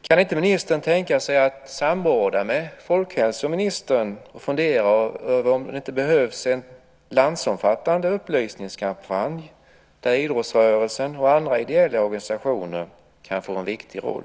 Kan inte ministern tänka sig att samråda med folkhälsoministern och fundera över om det inte behövs en landsomfattande upplysningskampanj där idrottsrörelsen och andra ideella organisationer kan få en viktig roll?